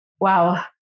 wow